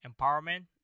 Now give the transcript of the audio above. empowerment